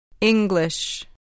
English